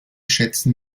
schätzen